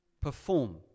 Perform